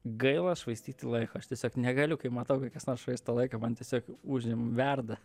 gaila švaistyti laiko aš tiesiog negaliu kai matau kai kas nors švaisto laiką man tiesiog užim verda